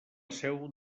seu